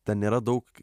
tą nėra daug